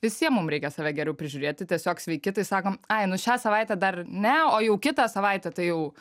visiem mum reikia save geriau prižiūrėti tiesiog sveiki tai sakom ai nu šią savaitę dar ne o jau kitą savaitę tai jau